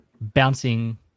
bouncing